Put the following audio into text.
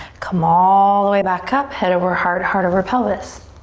come all the way back up, head over heart, heart over pelvis.